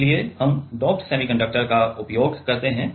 इसलिए हम doped semiconductor का उपयोग करते हैं